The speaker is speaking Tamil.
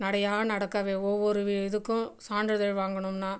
நடையா நடக்கவே ஒவ்வொரு இதுக்கும் சான்றிதழ் வாங்கணும்னா